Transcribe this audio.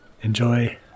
enjoy